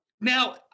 Now